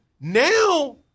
Now